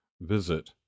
visit